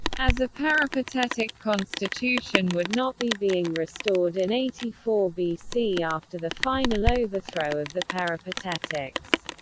as a peripatetic constitution would not be being restored in eighty four bc after the final overthrow of the peripatetics.